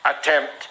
attempt